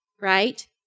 right